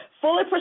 Fully